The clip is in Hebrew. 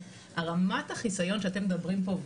רמת החיסיון שאתם מדברים פה,